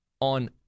on